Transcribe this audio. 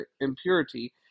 impurity